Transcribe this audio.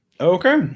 Okay